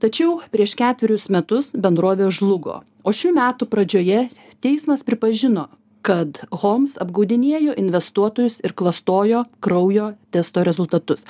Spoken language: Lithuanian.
tačiau prieš ketverius metus bendrovė žlugo o šių metų pradžioje teismas pripažino kad homls apgaudinėjo investuotojus ir klastojo kraujo testo rezultatus